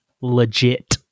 legit